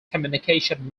communication